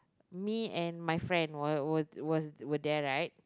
me and my friend were were was were there right